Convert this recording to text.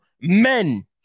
men